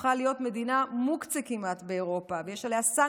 שהפכה להיות מדינה מוקצה כמעט באירופה ויש עליה סנקציות,